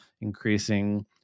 increasing